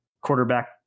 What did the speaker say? quarterback